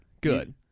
good